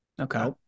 Okay